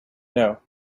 know